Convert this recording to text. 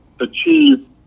achieve